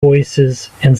voicesand